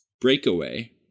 Breakaway